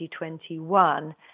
2021